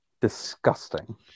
disgusting